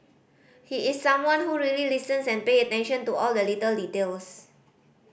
he is someone who really listens and pay attention to all the little details